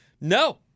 no